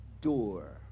door